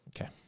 okay